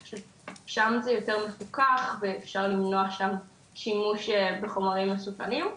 חושבת ששם זה יותר מפוקח ואפשר למנוע שם שימוש בחומרים מסוכנים,